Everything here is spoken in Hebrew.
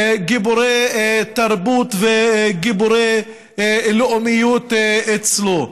גיבורי תרבות וגיבורי לאומיות אצלו.